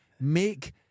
Make